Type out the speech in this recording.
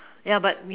ya but we